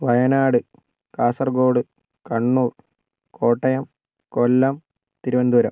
Wayanad Kasaragod Kannur Kottayam Kollam Thiruvananthapuram